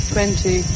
Twenty